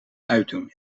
uitdoen